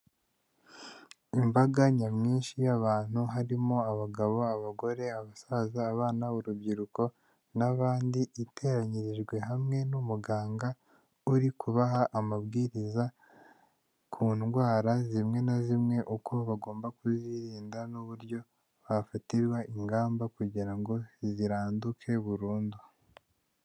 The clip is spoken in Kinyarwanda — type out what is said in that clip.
Imbaga nyamwinshi y'abantu harimo abagabo, abagore abasaza, abana, urubyiruko n'abandi iteranyirijwe hamwe n'umuganga uri kubaha amabwiriza ku ndwara zimwe na zimwe uko bagomba kuzirinda n'uburyo bafatirwa ingamba kugira ngo ziranduke burundu.